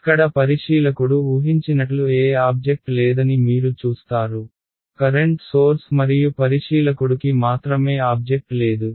ఇక్కడ పరిశీలకుడు ఊహించినట్లు ఏ ఆబ్జెక్ట్ లేదని మీరు చూస్తారు కరెంట్ సోర్స్ మరియు పరిశీలకుడుకి మాత్రమే ఆబ్జెక్ట్ లేదు